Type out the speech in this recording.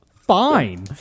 fine